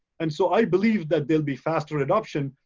and so, i believe that there'll be faster adoption,